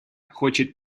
хочет